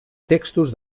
textos